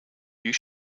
you